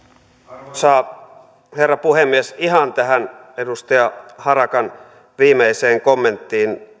arvoisa herra puhemies ihan tähän edustaja harakan viimeiseen kommenttiin liittyen